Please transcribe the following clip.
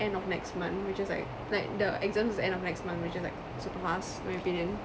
end of next month which is like like the exams is end of next month which is like super fast in my opinion